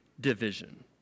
division